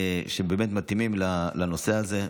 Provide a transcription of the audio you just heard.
שבאמת מתאימים לנושא הזה.